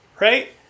right